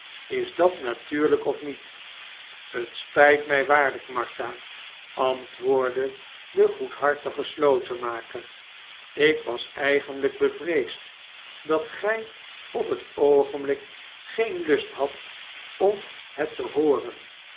is dat natuurlijk of niet het spijt mij waarlijk martha antwoordde de goedhartige slotenmaker ik was eigenlijk bevreesd dat gij op het oogenblik geen lust hadt om het te hooren